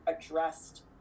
addressed